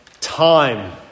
time